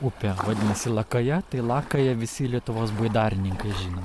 upė vadinasi lakaja tai lakają visi lietuvos baidarininkai žino